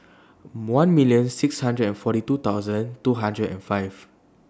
one million six hundred and forty two thousand two hundred and five